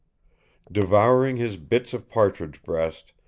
devouring his bits of partridge breast,